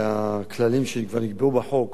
והכללים שכבר נקבעו בחוק